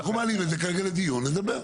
אנחנו מעלים את כרגע לדיון לדבר.